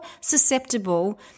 susceptible